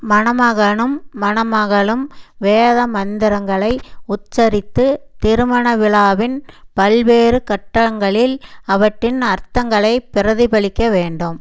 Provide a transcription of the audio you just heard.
மணமகனும் மணமகளும் வேத மந்திரங்களை உச்சரித்து திருமண விழாவின் பல்வேறு கட்டங்களில் அவற்றின் அர்த்தங்களை பிரதிபலிக்க வேண்டும்